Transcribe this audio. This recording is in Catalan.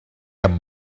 amb